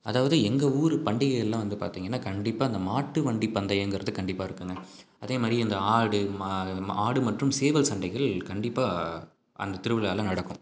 அதாவது எங்கள் ஊரு பண்டிகைகள்லாம் பார்த்திங்கன்னா கண்டிப்பாக இந்த மாட்டு வண்டி பந்தயங்கிறது கண்டிப்பாக இருக்குதுங்க அதே மாதிரி அந்த ஆடு ம ஆடு மற்றும் சேவல் சண்டைகள் கண்டிப்பாக அந்த திருவிழாவில் நடக்கும்